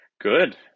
Good